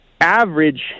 average